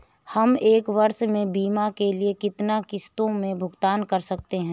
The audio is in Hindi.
हम एक वर्ष में बीमा के लिए कितनी किश्तों में भुगतान कर सकते हैं?